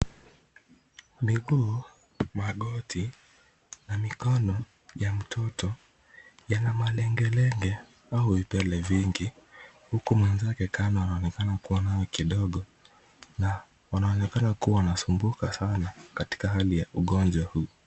Miguu, magoti na mikono ya mtoto yana malengelenge au vipele vingi, huku mwenzake kando anaonekana kuwa na kidogo na wanaonekana kuwa wanasumbuka sana katika hali ya ugonjwa.